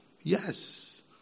Yes